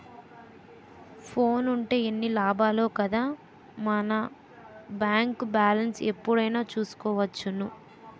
ఫోనుంటే ఎన్ని లాభాలో కదా మన బేంకు బాలెస్ను ఎప్పుడైనా చూసుకోవచ్చును